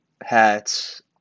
hats